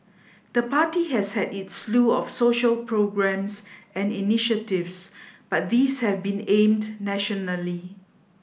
the party has had its slew of social programmes and initiatives but these have been aimed nationally